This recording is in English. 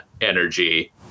energy